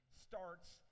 starts